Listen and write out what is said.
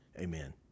amen